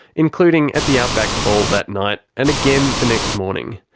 including at the outback ball that night, and again the next morning.